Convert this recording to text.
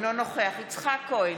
אינו נוכח יצחק כהן,